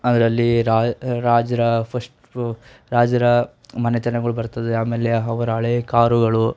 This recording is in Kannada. ಅದರಲ್ಲಿ ರಾಜರ ಫಸ್ಟು ರಾಜರ ಮನೆತನಗಳು ಬರ್ತದೆ ಆಮೇಲೆ ಅವ್ರ ಹಳೇ ಕಾರುಗಳು